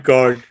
God